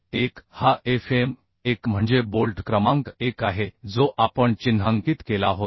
1 हा Fm1 म्हणजे bolt क्रमांक 1 आहे जो आपण चिन्हांकित केला होता